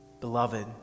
Beloved